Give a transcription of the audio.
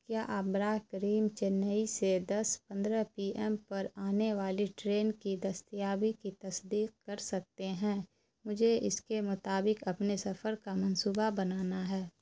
کیا آپ برائے کرم چنئی سے دس پندرہ پی ایم پر آنے والی ٹرین کی دستیابی کی تصدیق کر سکتے ہیں مجھے اسی کے مطابک اپنے سفر کا منصوبہ بنانا ہے